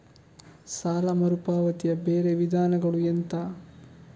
ಸಾಲ ಮರುಪಾವತಿಯ ಬೇರೆ ವಿಧಾನಗಳು ಎಂತ?